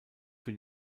für